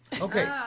Okay